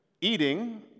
eating